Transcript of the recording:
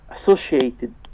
associated